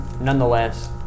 Nonetheless